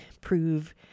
prove